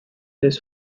his